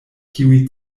kiuj